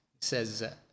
says